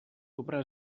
compres